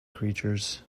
creatures